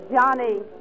Johnny